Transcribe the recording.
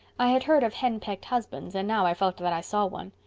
i had heard of henpecked husbands and now i felt that i saw one.